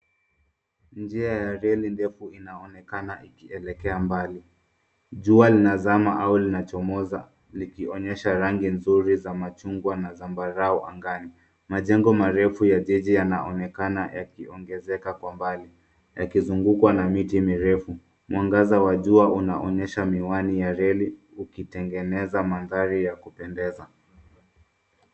Njia ya reli ndefu inaonekana ikielekea mbali. Jua linazama au linachomoza likionyesha rangi nzuri za machungwa na zambarau angani. Majengo marefu ya jiji yanaonekana yakiongezeka kwa mbali, yakizungukwa na miti mirefu. Mwangaza wa jua unaonyesha miwani ya reli, ukitengeneza mandhari ya kupendeza.